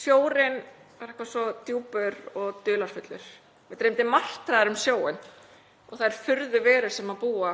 Sjórinn er eitthvað svo djúpur og dularfullur. Ég fékk martraðir um sjóinn og þær furðuverur sem búa